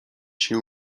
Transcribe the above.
się